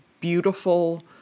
beautiful